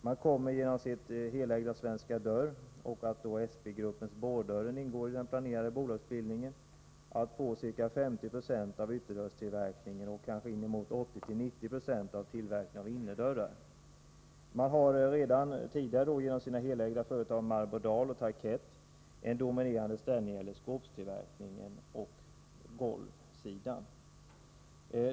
Man kommer genom sitt helägda Svenska Dörr och genom att SP-gruppens Bor Dörren AB ingår i den planerade bolagsbildningen att få ca 50 20 av ytterdörrstillverkningen och kanske 80-90 96 av tillverkningen av innerdörrar. Swedish Match har redan, genom sina helägda företag Marbodal och Tarkett, en dominerande ställning när det gäller tillverkning av skåp och golv.